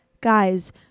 guys